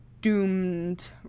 doomed